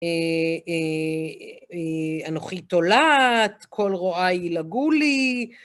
אנוכי תולעת, כל רואי ילעגו לי.